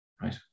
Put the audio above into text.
right